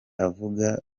avuga